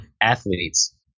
athletes